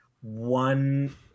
one